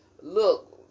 look